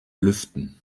lüften